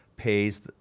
pays